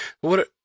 What-